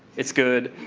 it's good.